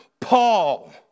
Paul